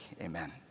Amen